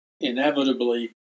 inevitably